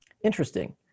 interesting